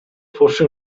fosse